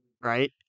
right